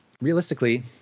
realistically